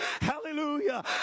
Hallelujah